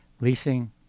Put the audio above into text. leasing